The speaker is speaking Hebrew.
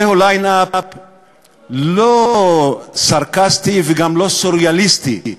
זהו ליין-אפ לא סרקסטי וגם לא סוריאליסטי,